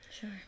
Sure